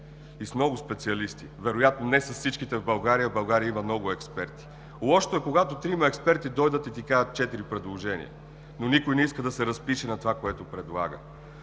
и с много специалисти – вероятно не с всичките в България, а в България има много експерти. Лошото е, когато трима експерти дойдат и ти кажат четири предложения, но никой не иска да се разпише на това, което предлага.